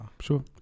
Sure